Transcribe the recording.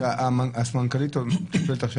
במה מטפלת הסמנכ"לית עכשיו?